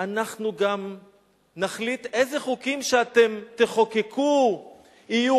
אנחנו גם נחליט איזה חוקים שאתם תחוקקו יהיו